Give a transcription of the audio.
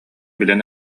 билэн